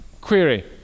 Query